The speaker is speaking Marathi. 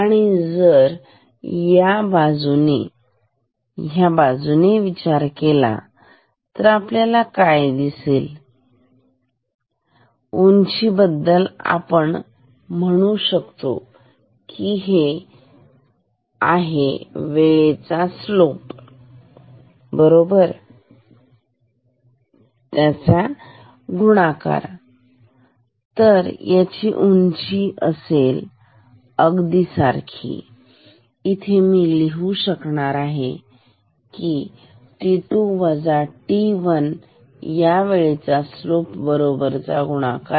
आणि जर या बाजूने ह्या बाजूने विचार केला आपल्याला काय दिसेल उंची बद्दल आपण म्हणू शकतो की हे आहे वेळेचा स्लोप बरोबर चा गुणाकार बरोबर तर याची उंची किती असेल उंची असेल अगदी सारखी इथे मी लिहू शकणार हा वेळ असेल ती t2 t1 या वेळेचा स्लोप बरोबर चा गुणाकार